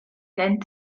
gen